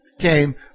came